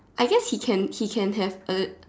I guess he can he can have A